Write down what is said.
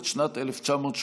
עד שנת 1988,